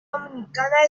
dominicana